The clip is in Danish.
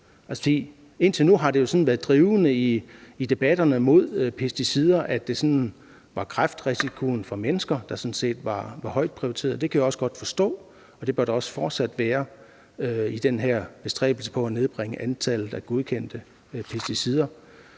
indtil nu har det drivende i debatterne mod pesticider været sådan noget som kræftrisikoen for mennesker, der har været højt prioriteret, og det kan jeg også godt forstå, og det bør den også fortsat være i den her bestræbelse på at nedbringe antallet af godkendte pesticider,